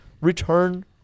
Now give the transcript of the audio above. return